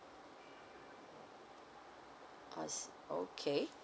I see okay